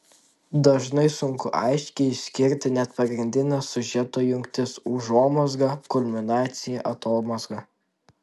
dažnai sunku aiškiai išskirti net pagrindines siužeto jungtis užuomazgą kulminaciją atomazgą